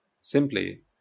simply